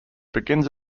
begins